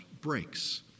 breaks